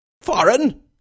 Foreign